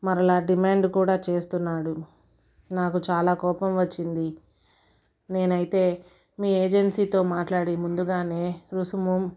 మరలా డిమాండ్ కూడా చేస్తున్నాడు నాకు చాలా కోపం వచ్చింది నేనైతే మీ ఏజెన్సీతో మాట్లాడి ముందుగా రుసుము